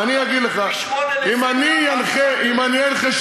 אני אגיד לך: אם אני אנחה שבתות-תרבות,